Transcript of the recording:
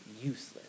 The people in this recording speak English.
useless